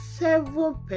Seven